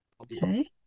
Okay